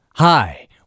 Hi